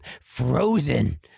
frozen